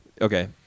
okay